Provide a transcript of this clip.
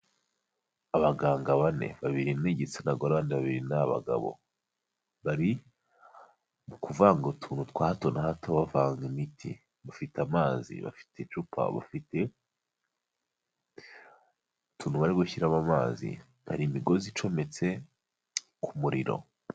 Abaganga bane babiri ni igitsina gore abandi babiri ni abagabo, bari mu kuvanga utuntu twa hato na hato bavanga imiti, bafite amazi, bafite icupa, bafite utuntu bari gushyiramo amazi, hari imigozi icometse ku muriro.